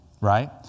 Right